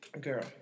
Girl